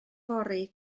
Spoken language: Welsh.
fory